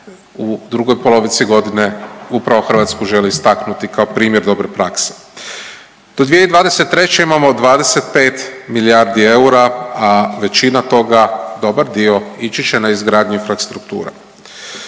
u drugoj polovici godine upravo Hrvatsku želi istaknuti kao primjer dobre prakse. Do 2023. imamo 25 milijardi eura, a većina toga dobar dio ići će na izgradnju infrastruktura.